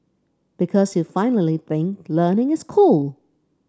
because you finally think learning is cool